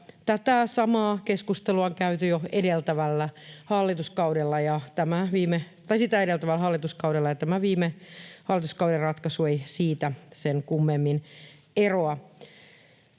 Tätä samaa keskustelua on käyty jo edeltävällä hallituskaudella, ja tämä viime hallituskauden ratkaisu ei siitä sen kummemmin eroa.